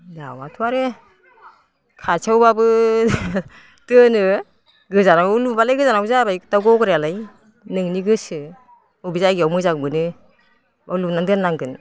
दाउआथ' आरो खाथियावबाबो दोनो गोजानावबो लुबालाय गोजानाव जाबाय दाउ गग्रायालाय नोंनि गोसो बबे जायगायाव मोजां मोनो बेयाव लुना दोननांगोन